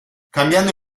cambiando